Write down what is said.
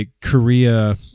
Korea